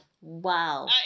Wow